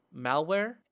malware